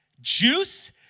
juice